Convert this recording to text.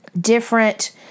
different